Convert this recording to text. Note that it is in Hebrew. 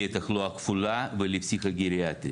לתחלואה כפולה ולפסיכוגריאטריה.